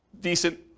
decent